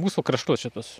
mūsų kraštuos šituos